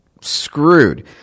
screwed